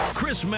Chris